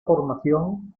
formación